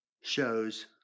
shows